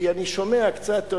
כי אני שומע קצת,